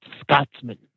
Scotsman